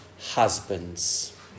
husbands